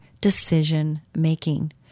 decision-making